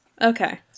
Okay